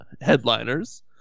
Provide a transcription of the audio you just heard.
headliners